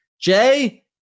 Jay